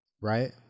right